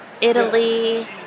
Italy